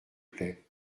plait